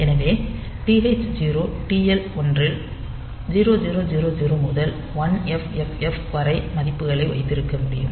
எனவே TH 0 TL 1 இல் 0000 முதல் 1FFF வரை மதிப்புகளை வைத்திருக்க முடியும்